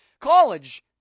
College